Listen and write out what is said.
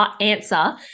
answer